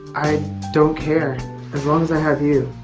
i don't care as long as i have you